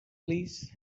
please